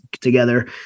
together